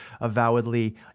avowedly